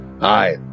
Hi